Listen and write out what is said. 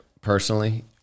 personally